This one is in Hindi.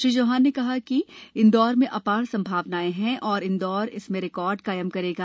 श्री चौहान ने कहा कि इंदौर में अपार संभावनाएं हैं और इंदौर इसमें रिकार्ड कायम करेगा